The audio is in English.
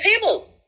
tables